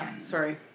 Sorry